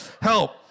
help